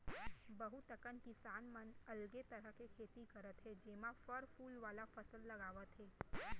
बहुत अकन किसान मन ह अलगे तरह के खेती करत हे जेमा फर फूल वाला फसल लगावत हे